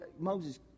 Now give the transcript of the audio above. Moses